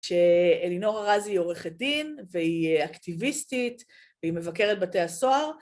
שאלינורה רזי היא עורכת דין והיא אקטיביסטית והיא מבקרת בתי הסוהר.